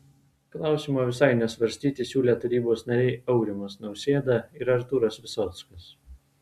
klausimo visai nesvarstyti siūlė tarybos nariai aurimas nausėda ir artūras visockas